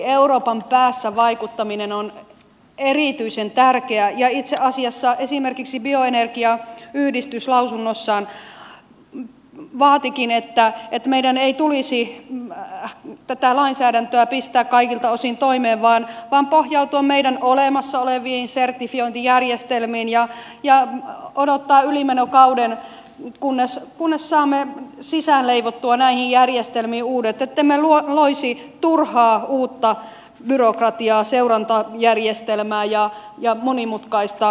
euroopan päässä vaikuttaminen on erityisen tärkeää ja itse asiassa esimerkiksi bioenergiayhdistys lausunnossaan vaatikin että meidän ei tulisi tätä lainsäädäntöä pistää kaikilta osin toimeen vaan pohjautua meidän olemassa oleviin sertifiointijärjestelmiin ja odottaa ylimenokausi kunnes saamme sisäänleivottua näihin järjestelmiin uudet ettemme loisi turhaa uutta byrokratiaa seurantajärjestelmää ja monimutkaista hallintoa